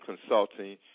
consulting